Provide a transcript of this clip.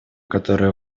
которая